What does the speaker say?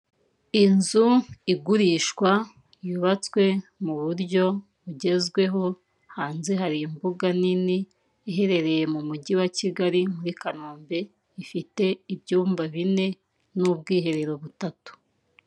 Inzu igurishwa yubatswe mu buryo bugezweho, hanze hari imbuga nini iherereye mu mujyi wa Kigali muri Kanombe, ifite ibyumba bine n'ubwiherero butatu.